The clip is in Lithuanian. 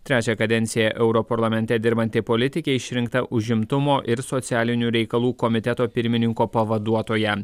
trečią kadenciją europarlamente dirbanti politikė išrinkta užimtumo ir socialinių reikalų komiteto pirmininko pavaduotoja